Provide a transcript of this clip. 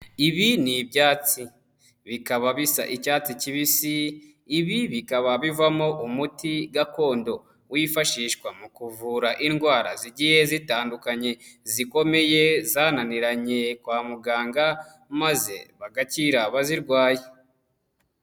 Ibi ni ibyatsi bikaba bisa icyatsi kibisi, ibi bikaba bivamo umuti gakondo wifashishwa mu kuvura indwara zigiye zitandukanye zikomeye zananiranye kwa muganga, maze bagakira abazirwaye.